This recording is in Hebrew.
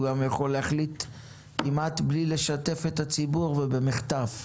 הוא גם יכול להחליט כמעט בלי לשתף את הציבור ובמחטף.